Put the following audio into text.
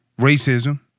racism